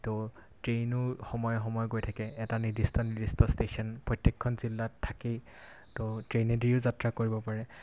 ত' ট্ৰেইনো সময়ে সময়ে গৈ থাকে এটা নিৰ্দিষ্ট নিৰ্দিষ্ট ষ্টেচন প্ৰত্যেকখন জিলাত থাকেই ত' ট্ৰেইনেদিও যাত্ৰা কৰিব পাৰে